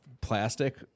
plastic